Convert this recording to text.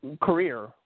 career